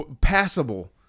passable